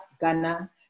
Ghana